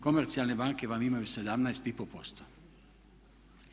Komercijalne banke vam imaju 17,5%